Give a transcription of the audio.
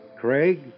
Craig